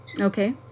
Okay